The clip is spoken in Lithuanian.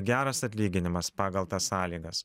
geras atlyginimas pagal tas sąlygas